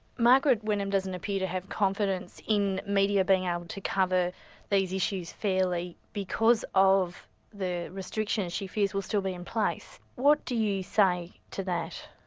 margaret wenham doesn't appear to have confidence in media being able to cover these issues fairly because of the restrictions she fears will still be in place. what do you say to that?